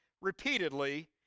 repeatedly